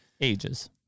Ages